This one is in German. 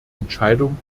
entscheidung